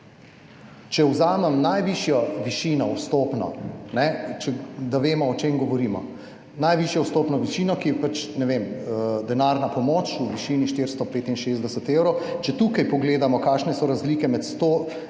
Če vzamem najvišjo vstopno višino, da vemo, o čem govorimo, najvišjo vstopno višino, ki je, ne vem, denarna pomoč v višini 465 evrov, če tukaj pogledamo, kakšne so razlike med 100 in